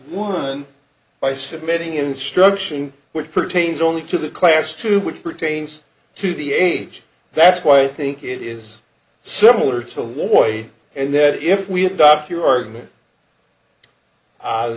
one by submitting instruction which pertains only to the class two which pertains to the age that's why i think it is similar to why and that if we adopt your argument